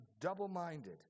double-minded